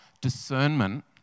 discernment